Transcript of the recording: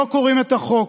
לא קוראים את החוק,